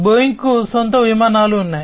బోయింగ్కు సొంత విమానాలు ఉన్నాయి